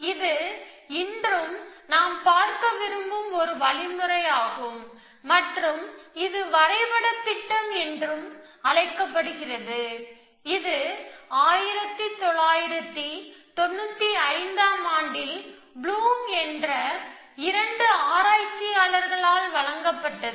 இது இன்று நாம் பார்க்க விரும்பும் ஒரு வழிமுறை மற்றும் இது வரைபடத் திட்டம் என்று அழைக்கப்படுகிறது இது 1995 ஆம் ஆண்டில் ப்ளூம் என்ற இரண்டு ஆராய்ச்சியாளர்களால் வழங்கப்பட்டது